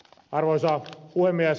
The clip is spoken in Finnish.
arvoisa puhemies